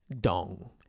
dong